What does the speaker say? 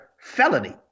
felony